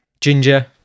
Ginger